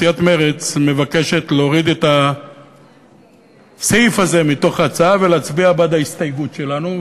סיעת מרצ מבקשת להוריד את הסעיף הזה מההצעה ולהצביע בעד ההסתייגות שלנו.